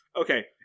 Okay